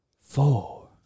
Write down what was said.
four